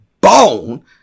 bone